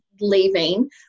leaving